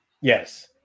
Yes